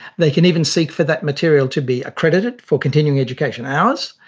they can even seek for that material to be accredited for continuing education hours,